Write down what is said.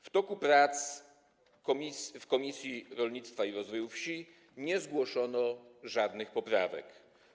W toku prac w Komisji Rolnictwa i Rozwoju wsi nie zgłoszono żadnych poprawek.